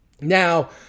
Now